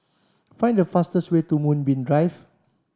find the fastest way to Moonbeam Drive